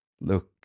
look